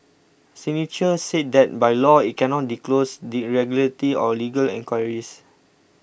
signature said that by law it cannot disclose the regulatory or legal inquiries